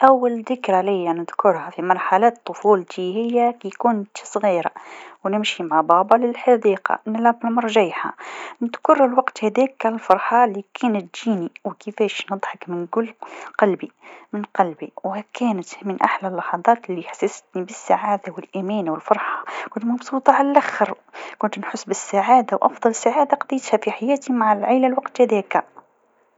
أول ذكرى ليا نذكرها في مرحلة طفولتي هي ككنت صغيرة ونمشي مع بابا للحديقه و نلعب أمور جايحه، نذكرالوقت هذاك كان الفرحه لكانت تيجني و كيفاش نضحك من كل قلبي من قلبي و كانت من أحلى لحظات لحسستني بالسعاده و الأمان و الفرحه، كنت مبسوطه على لاخر ، كنت نحس بالسعاده و أفضل سعاده قضيتها في حياتي مع العايله الوقت هذاك.